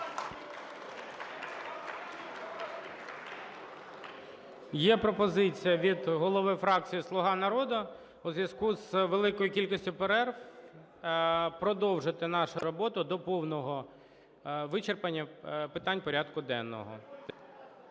Є пропозиція від голови фракції "Слуга народу" у зв'язку з великою кількістю перерв продовжити нашу роботу до повного вичерпання питань порядку денного.